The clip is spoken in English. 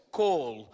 call